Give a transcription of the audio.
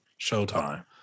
Showtime